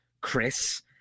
Chris